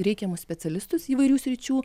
reikiamus specialistus įvairių sričių